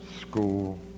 School